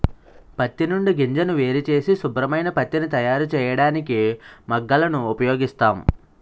పత్తి నుండి గింజను వేరుచేసి శుభ్రమైన పత్తిని తయారుచేయడానికి మగ్గాలను ఉపయోగిస్తాం